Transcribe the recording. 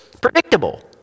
predictable